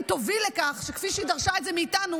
תוביל לכך שכפי שהיא דרשה את זה מאיתנו,